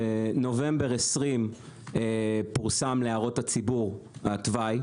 בנובמבר 2020 פורסם להערות הציבור התוואי.